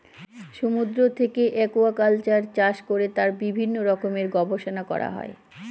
সমুদ্র থেকে একুয়াকালচার চাষ করে তার বিভিন্ন রকমের গবেষণা করা হয়